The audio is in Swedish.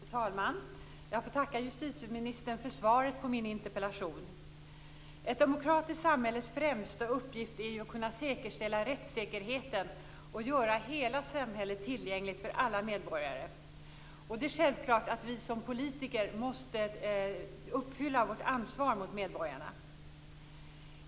Fru talman! Jag får tacka justitieministern för svaret på min interpellation. Ett demokratiskt samhälles främsta uppgift är ju att kunna säkerställa rättssäkerheten och göra hela samhället tillgängligt för alla medborgare. Det är självklart att vi som politiker måste uppfylla vårt ansvar mot medborgarna.